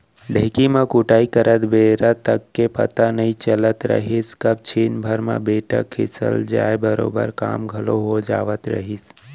ढेंकी म कुटई करत बेरा तक के पता नइ चलत रहिस कब छिन भर म बेटा खिसल जाय बरोबर काम घलौ हो जावत रहिस